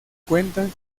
cuentas